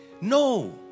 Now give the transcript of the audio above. No